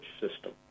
system